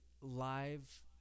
live